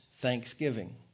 Thanksgiving